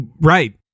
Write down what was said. Right